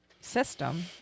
system